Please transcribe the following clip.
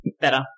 Better